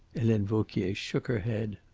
helene vauquier shook her head.